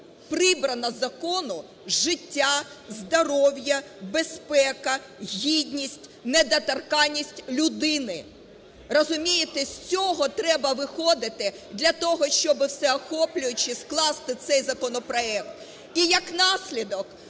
прибрано з закону життя, здоров'я, безпека, гідність, недоторканність людини. Розумієте, з цього треба виходити для того, щоб всеохоплююче скласти цей законопроект. І, як наслідок,